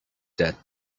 that